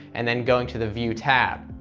and then going to the view tab.